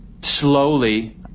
slowly